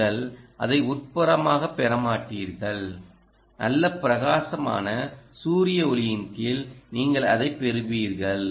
நீங்கள் அதை உட்புறமாகப் பெற மாட்டீர்கள் நல்ல பிரகாசமான சூரிய ஒளியின்கீழ் நீங்கள் அதைப் பெறுவீர்கள்